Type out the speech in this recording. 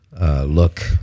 look